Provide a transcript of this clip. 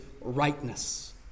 rightness